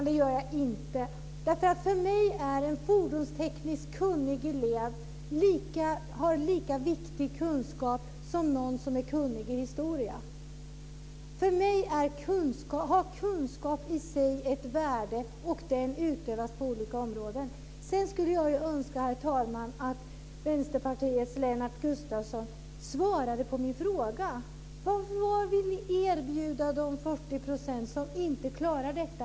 Herr talman! Det gör jag inte. Jag menar att en fordonstekniskt kunnig elev har lika viktig kunskap som den har som är kunnig i historia. För mig har kunskap i sig ett värde och den utövas på olika områden. Jag skulle önska, herr talman, att Vänsterpartiets Lennart Gustavsson svarade på min fråga: Vad vill ni erbjuda de 40 % som inte klarar detta?